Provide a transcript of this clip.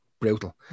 brutal